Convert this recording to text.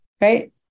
right